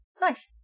Nice